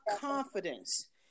confidence